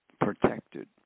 protected